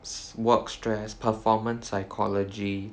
work stress performance psychology